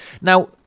Now